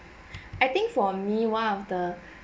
I think for me one of the